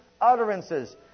utterances